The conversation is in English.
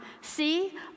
see